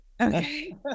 Okay